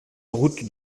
route